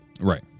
Right